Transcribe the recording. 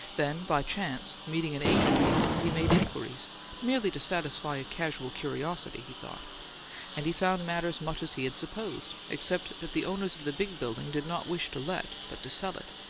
then, by chance, meeting an agent he knew, he made inquiries merely to satisfy a casual curiosity, he thought and he found matters much as he had supposed, except that the owners of the big building did not wish to let, but to sell it,